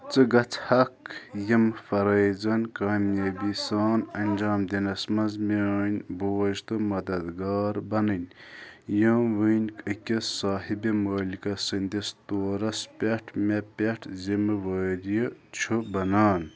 ژٕ گَژھیٚکھ یِم فرٲیِضَن کامیٲبی سان انٛجام دِنس منٛز میٛٲنۍ بوجھ تہٕ مددگار بنٕنۍ یِم وُنۍ أکِس صٲحِبِ مٲلکَس سنٛدِس طورس پٮ۪ٹھ مےٚ پٮ۪ٹھ ذِمہٕ وٲری چھِ بَنان